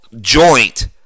joint